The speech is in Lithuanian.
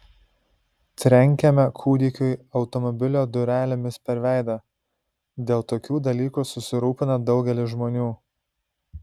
trenkėme kūdikiui automobilio durelėmis per veidą dėl tokių dalykų susirūpina daugelis žmonių